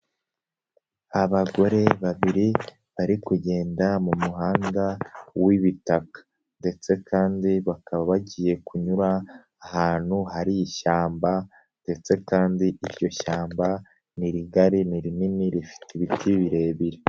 Abagore babiri bari kugenda mu muhanda w'ibitaka ndetse kandi bakaba bagiye kunyura ahantu hari ishyamba ndetse kandi iryo shyamba ni rigari ni rinini rifite ibiti birebire.